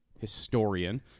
historian